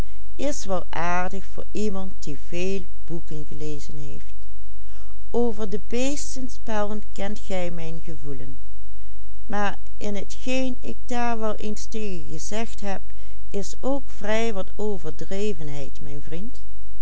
gezegd heb is ook vrij wat overdrevenheid mijn vriend